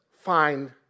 find